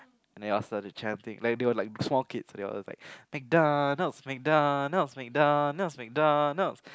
and they all started chanting like they were like small kid there was like MacDonalds MacDonalds MacDonalds MacDonalds'